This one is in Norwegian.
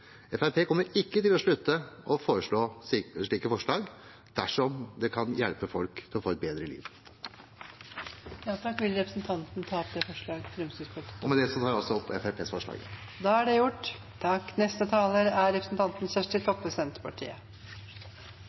kommer ikke til å slutte å komme med slike forslag dersom det kan hjelpe folk til å få et bedre liv. Med dette tar jeg opp Fremskrittspartiets forslag. Representanten Morten Stordalen har tatt opp det forslaget han refererte til. Det